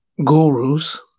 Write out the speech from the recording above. Gurus